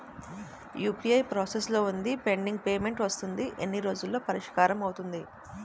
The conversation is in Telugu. యు.పి.ఐ ప్రాసెస్ లో వుంది పెండింగ్ పే మెంట్ వస్తుంది ఎన్ని రోజుల్లో పరిష్కారం అవుతుంది